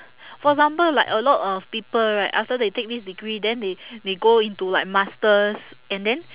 for example like a lot of people right after they take this degree then they they go into like master's and then